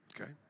Okay